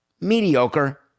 mediocre